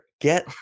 get